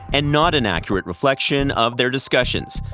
and not an accurate reflection of their discussions.